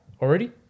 Already